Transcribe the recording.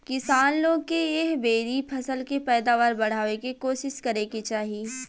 किसान लोग के एह बेरी फसल के पैदावार बढ़ावे के कोशिस करे के चाही